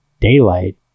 daylight